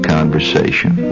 Conversation